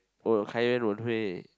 oh no Kai-Yan Wen-Hui